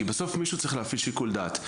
כי בסוף מישהו צריך להפיל שיקול דעת.